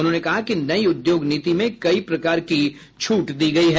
उन्होंने कहा कि नई उद्योग नीति में कई प्रकार की छूट दी गयी है